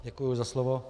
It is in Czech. Děkuji za slovo.